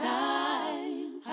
time